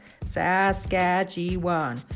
Saskatchewan